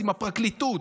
אם הפרקליטות,